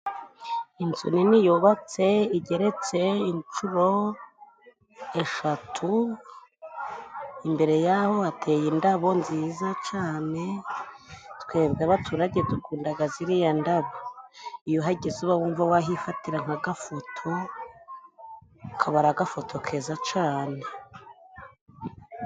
Inzu nini yubatse igeretse incuro eshatu, imbere yaho hateye indabo nziza cane, twebwe abaturage dukundaga ziriya ndabo. Iyo uhageze uba wumva wahifatira nk'agafoto, kaba ari gafoto keza cane.